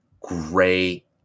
gray